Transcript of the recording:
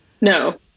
no